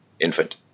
infant